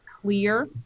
clear